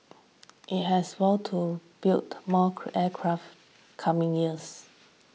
it has vowed to build more aircraft coming years